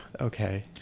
Okay